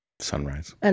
Sunrise